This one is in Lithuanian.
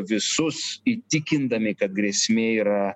visus įtikindami kad grėsmė yra